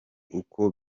uko